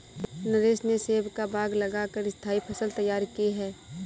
नरेश ने सेब का बाग लगा कर स्थाई फसल तैयार की है